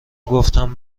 گفتم